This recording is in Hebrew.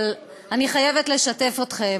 אבל אני חייבת לשתף אתכם,